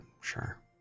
Sure